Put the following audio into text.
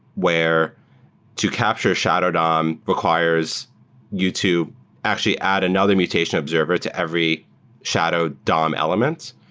where to capture shadow dom requires you to actually add another mutation observer to every shadow dom elements.